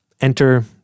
Enter